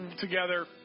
together